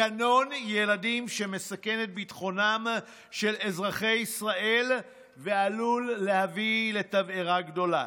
גנון ילדים שמסכן את ביטחונם של אזרחי ישראל ועלול להביא לתבערה גדולה.